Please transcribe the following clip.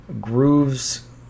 grooves